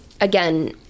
again